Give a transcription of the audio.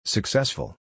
Successful